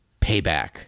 payback